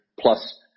plus